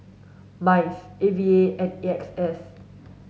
MINDS A V A and A X S